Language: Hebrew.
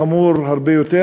חמור הרבה יותר,